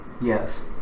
Yes